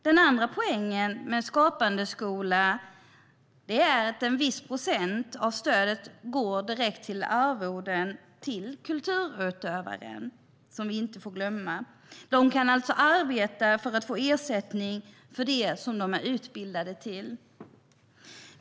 Den andra poängen med Skapande skola är att en viss procent av stödet går direkt till arvoden till kulturutövare, som vi inte får glömma. De kan alltså arbeta och få ersättning för det de är utbildade till.